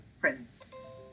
prince